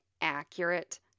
accurate